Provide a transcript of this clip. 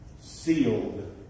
sealed